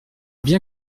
bien